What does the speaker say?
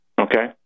Okay